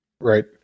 Right